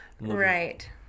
Right